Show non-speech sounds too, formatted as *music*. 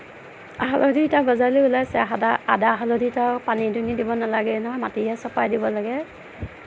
হালধি এতিয়া গজালি ওলাইছে *unintelligible* আদা হালধিত আৰু পানী দুনি দিব নালাগে নহয় মাটিহে চপাই দিব লাগে